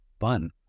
fun